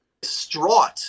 distraught